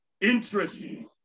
Interesting